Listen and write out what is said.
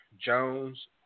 Jones